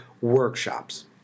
workshops